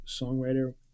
songwriter